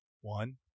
One